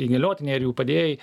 įgaliotiniai ar jų padėjėjai